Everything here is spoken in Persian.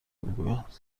میگویند